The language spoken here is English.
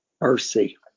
mercy